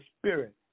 spirit